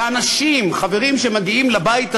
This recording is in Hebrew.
ואנשים, חברים שמגיעים לבית הזה,